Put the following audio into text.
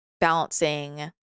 Balancing